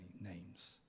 names